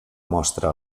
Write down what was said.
mostra